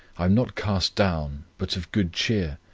i am not cast down, but of good cheer,